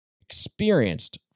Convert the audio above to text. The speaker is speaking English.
experienced